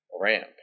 ramp